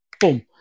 boom